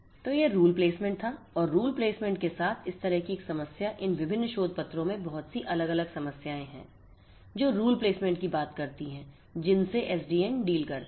तो यह rule placement था और रूल प्लेसमेंट के साथ इस तरह एक समस्या इन विभिन्न शोध पत्रों में बहुत सी अलग अलग समस्याएं हैं जो रूल प्लेसमेंट की बात करती हैं जिनसे एसडीएन डील करता है